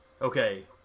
Okay